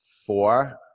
Four